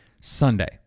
Sunday